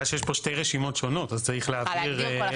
בגלל שיש פה שתי רשימות שונות אז צריך להבדיל בין